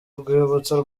rwibutso